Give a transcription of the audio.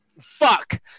fuck